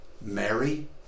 Mary